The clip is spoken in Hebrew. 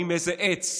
איזה עץ,